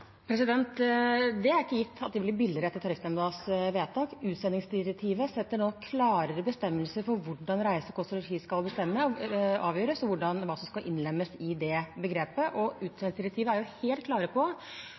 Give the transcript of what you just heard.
Det er ikke gitt at de blir billigere etter Tariffnemndas vedtak. Utsendingsdirektivet setter nå klarere bestemmelser for hvordan reise, kost og losji skal avgjøres, og hva som skal innlemmes i det begrepet. Utsendingsdirektivet er helt klart på